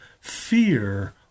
fear